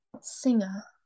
singer